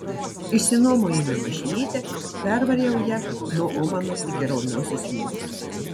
išsinuomojome mašinytę pervariau ja nuo omano iki raudonosios jūros